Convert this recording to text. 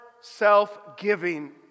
self-giving